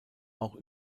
auch